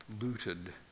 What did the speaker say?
looted